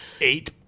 Eight